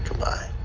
why